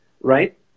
right